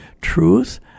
Truth